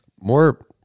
more